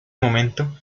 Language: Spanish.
momento